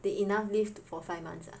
they enough leave to for five months ah